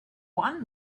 one